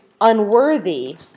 unworthy